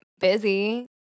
busy